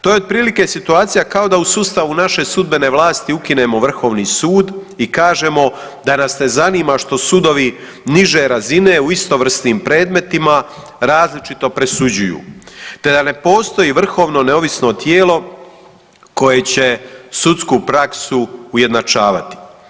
To je otprilike situacija kao da u sustavu naše sudbene vlasti ukinemo vrhovni sud i kažemo da nas ne zanima što sudovi niže razine u istovrsnim predmetima različito presuđuju, te da ne postoji vrhovno neovisno tijelo koje će sudsku praksu ujednačavati.